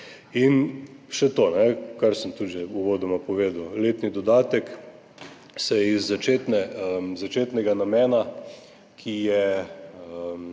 In še to, kar sem tudi že uvodoma povedal. Letni dodatek se je iz začetnega namena, ki je